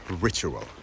ritual